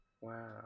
Wow